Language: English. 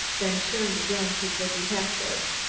then turned again to the detective.